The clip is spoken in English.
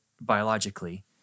biologically